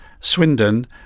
Swindon